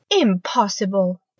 Impossible